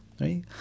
right